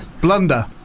blunder